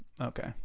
Okay